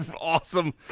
awesome